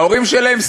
ההורים שלהם?